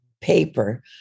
paper